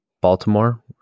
Baltimore